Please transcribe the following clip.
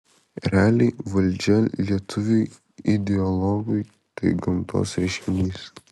reali valdžia lietuviui ideologui tai gamtos reiškinys